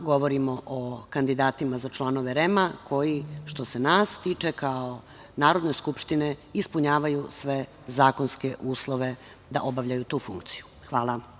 govorimo o kandidatima za članove REM koji, što se nas tiče kao Narodne skupštine, ispunjavaju sve zakonske uslove da obavljaju tu funkciju. Hvala.